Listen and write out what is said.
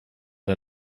der